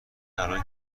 الان